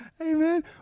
Amen